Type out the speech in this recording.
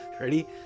Ready